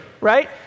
right